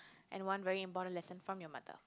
and one very important lesson from your mother